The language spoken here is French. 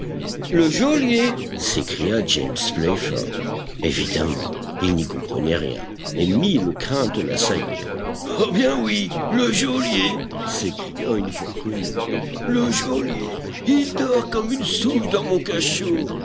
le geôlier s'écria james playfair évidemment il n'y comprenait rien et mille craintes l'assaillirent ah bien oui le geôlier s'écria une voix connue le geôlier il dort comme une souche dans mon cachot